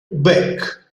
beck